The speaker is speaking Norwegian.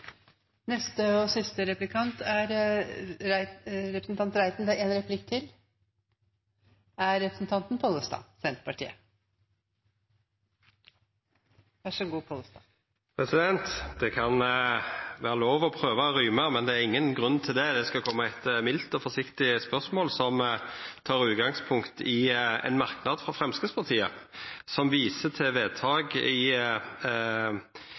replikk til. Det er lov å prøva å rømma, men det er ingen grunn til det. Eg skal koma med eit mildt og forsiktig spørsmål, som tek utgangspunkt i ein merknad frå Framstegspartiet, som viser til vedtak i